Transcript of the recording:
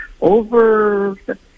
over